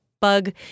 bug